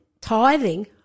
tithing